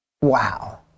Wow